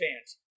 fans